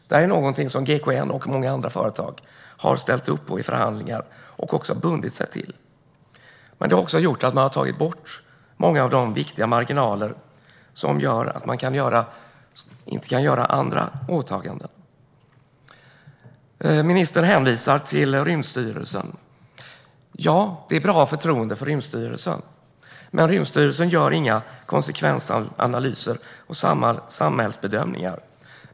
Detta är någonting som GKN och många andra företag har ställt upp på i förhandlingar och har bundit sig till. Men det har också gjort att man har tagit bort många av de viktiga marginaler som gör att de inte kan göra andra åtaganden. Ministern hänvisar till Rymdstyrelsen. Ja, det är bra att ha förtroende för Rymdstyrelsen, men den gör inga konsekvensanalyser och samhällsbedömningar.